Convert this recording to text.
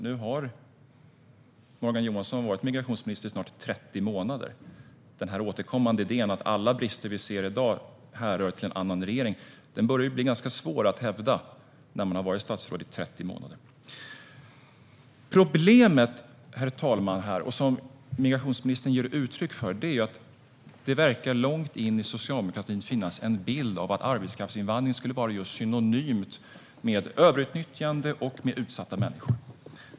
Nu har Morgan Johansson varit migrationsminister i snart 30 månader. Den återkommande idén om att alla dagens brister härrör från en annan regering börjar att bli ganska svår att hävda. Herr talman! Problemet och det som migrationsministern ger uttryck för är att det verkar djupt in i socialdemokratin finnas en bild av att arbetskraftsinvandring skulle vara synonymt med överutnyttjande och med utsatta människor.